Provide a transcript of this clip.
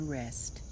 rest